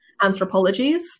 anthropologies